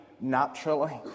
naturally